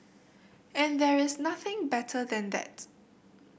and there's nothing better than that